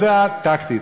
זאת, הטקטית.